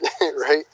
right